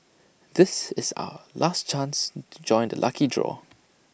this is are last chance to join the lucky draw